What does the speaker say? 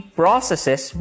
processes